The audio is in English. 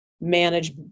manage